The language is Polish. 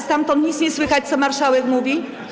Stamtąd nic nie słychać, co marszałek mówi?